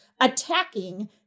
attacking